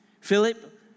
Philip